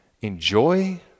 enjoy